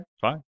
fine